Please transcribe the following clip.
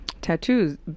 tattoos